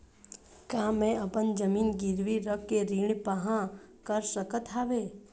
का मैं अपन जमीन गिरवी रख के ऋण पाहां कर सकत हावे?